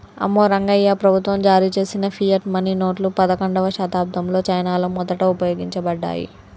అమ్మో రంగాయ్యా, ప్రభుత్వం జారీ చేసిన ఫియట్ మనీ నోట్లు పదకండవ శతాబ్దంలో చైనాలో మొదట ఉపయోగించబడ్డాయి